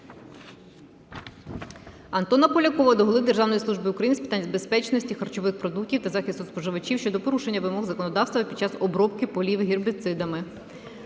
Антона Полякова до голови Державної служби України з питань безпечності харчових продуктів та захисту споживачів щодо порушення вимог законодавства під час обробки полів гербіцидами.